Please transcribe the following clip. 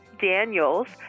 Daniels